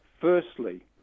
Firstly